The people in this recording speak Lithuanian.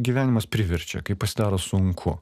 gyvenimas priverčia kai pasidaro sunku